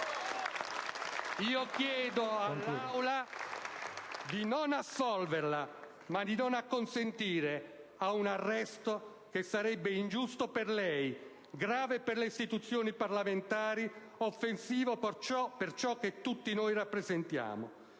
parlamentari **- di non assolverla, ma di non acconsentire a un arresto che sarebbe ingiusto per lei, grave per le istituzioni parlamentari, offensivo per ciò che tutti noi rappresentiamo,